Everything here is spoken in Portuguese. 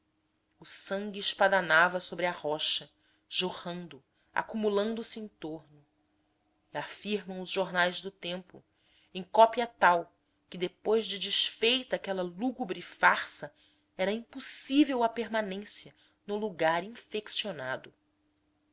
o sangue espadanava sobre a rocha jorrando acumulando se em torno e afirmam os jornais do tempo em cópia tal que depois de desfeita aquela lúgubre farsa era impossível a permanência no lugar infeccionado